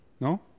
No